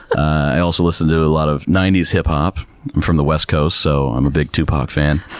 i also listened to a lot of ninety s hip-hop. i'm from the west coast, so i'm a big tupac fan.